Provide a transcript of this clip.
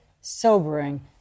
sobering